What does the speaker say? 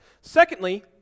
Secondly